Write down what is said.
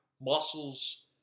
muscles